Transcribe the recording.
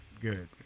good